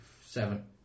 seven